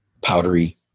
powdery